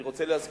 אני רוצה להזכיר